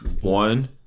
One